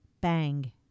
bang